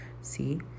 See